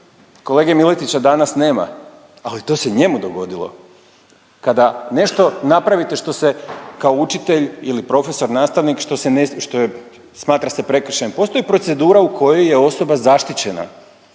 Kolege Miletića danas nema, ali to se njemu dogodilo. Kada nešto napravite što se kao učitelj ili profesor nastavnik što se ne, što je, smatra se prekršajem postoji procedura u kojoj je osoba zaštićena,